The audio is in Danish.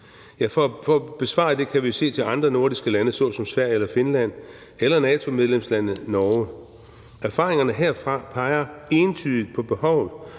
for at besvare det kan vi jo se til andre nordiske lande såsom Sverige eller Finland eller NATO-medlemslandet Norge. Erfaringerne herfra peger entydigt på behovet